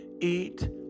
Eat